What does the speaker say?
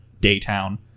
daytown